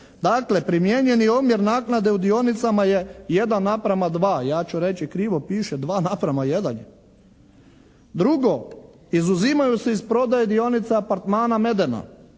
Dakle, primijenjeni omjer naknade u dionicama je 1 naprama 2. Ja ću reći krivo piše 2 naprama 1 je. Drugo, izuzimaju se iz prodaje dionice apartmana "Medeno"